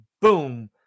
boom